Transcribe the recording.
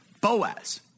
Boaz